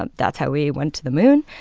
ah that's how we went to the moon.